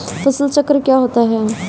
फसल चक्र क्या होता है?